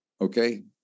Okay